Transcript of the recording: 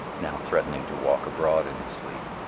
now threatening to walk abroad in his sleep,